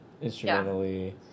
instrumentally